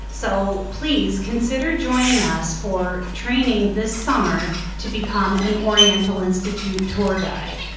so please consider joining us for training this summer to become an oriental institute tour guide.